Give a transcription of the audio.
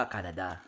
Canada